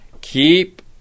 Keep